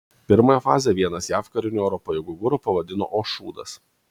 pirmąją fazę vienas jav karinių oro pajėgų guru pavadino o šūdas